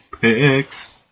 Picks